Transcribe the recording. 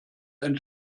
ein